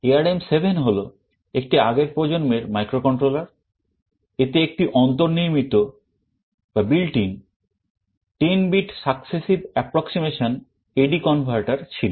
ARM7 হল একটি আগের প্রজন্মের microcontroller এতে একটি অন্তর্নির্মিত successive approximation AD converter ছিল